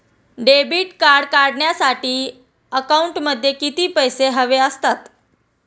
Debit card काढण्यासाठी अकाउंटमध्ये किती पैसे हवे असतात?